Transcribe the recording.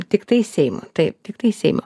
tiktai seimo taip tiktai seimo